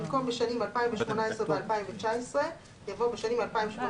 במקום ״בשנים 2018 ו-2019״ יבוא ״בשנים 2018,